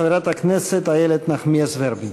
חברת הכנסת איילת נחמיאס ורבין.